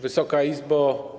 Wysoka Izbo!